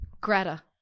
Greta